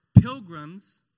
pilgrims